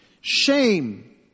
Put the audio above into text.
shame